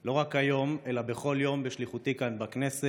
לא רק היום אלא בכל יום בשליחותי כאן בכנסת